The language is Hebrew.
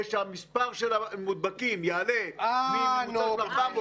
שהמספר של הנדבקים יעלה ממוצע של 400 ל-600,